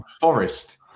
Forest